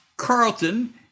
carlton